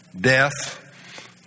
death